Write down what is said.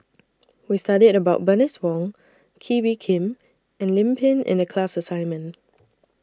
We studied about Bernice Wong Kee Bee Khim and Lim Pin in The class assignment